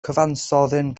cyfansoddyn